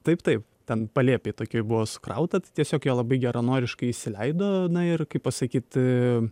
taip taip ten palėpėj tokioj buvo sukrauta tai tiesiog jie labai geranoriškai įsileido na ir kaip pasakyt